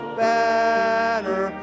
banner